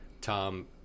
Tom